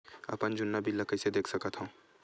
अपन जुन्ना बिल ला कइसे देख सकत हाव?